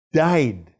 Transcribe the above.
died